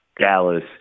Dallas